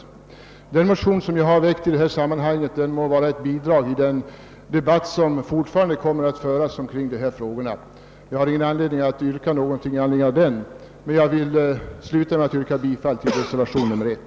Den motion som jag väckt i detta sammanhang må vara ett bidrag till den debatt som kommer att vidare föras i dessa frågor. Jag har ingen anledning till något särskilt yrkande i anledning av motionen utan vill sluta med att yrka bifall till reservationen 1.